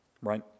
right